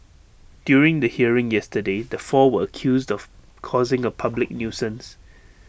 during the hearing yesterday the four were accused of causing A public nuisance